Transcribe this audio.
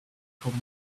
become